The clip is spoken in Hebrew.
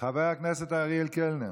חבר הכנסת אריאל קלנר,